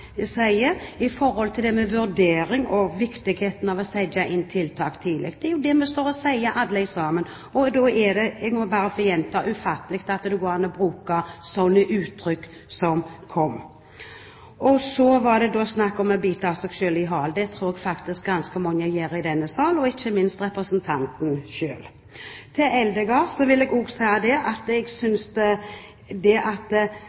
det gjelder det med vurdering og viktigheten av å sette inn tiltak tidlig. Det er det vi alle sammen står og sier, og da er det – jeg må bare gjenta det – ufattelig at det går an å bruke sånne uttrykk som kom fra ham. Så var det snakk om å bite seg selv i halen. Det tror jeg faktisk ganske mange gjør i denne sal – ikke minst representanten de Ruiter selv. Til Eldegard vil jeg si at jeg synes at det at